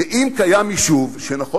ואם קיים יישוב שנכון,